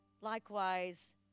Likewise